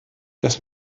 das